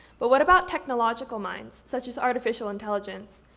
but what about technological minds, such as artificial intelligence?